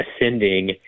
ascending